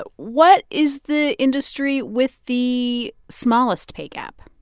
but what is the industry with the smallest pay gap?